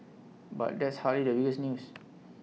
but that's hardly the biggest news